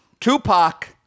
Tupac